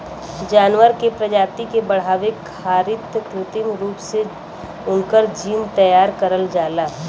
जानवर के प्रजाति के बढ़ावे खारित कृत्रिम रूप से उनकर जीन तैयार करल जाला